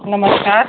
नमस्कार